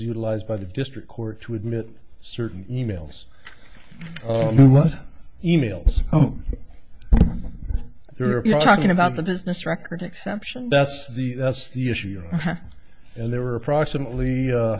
utilized by the district court to admit certain e mails e mails you're talking about the business record exception that's the that's the issue and there were approximately